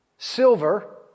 silver